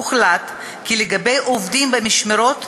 הוחלט כי לגבי עובדים במשמרות,